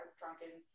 drunken